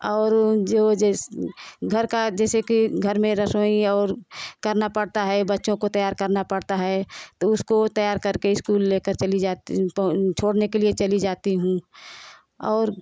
और जो जैस घर का जैसे कि घर में रसोई और करना पड़ता है बच्चों को तैयार करना पड़ता है तो उसको तैयार करके स्कूल ले कर चली जा छोड़ने चली जाती हूँ और